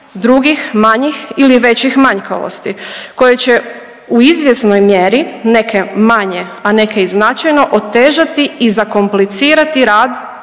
drugih manjih ili većih manjkavosti koje će u izvjesnoj mjeri, neke manje, a neke i značajno otežati i zakomplicirati rad